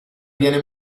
viene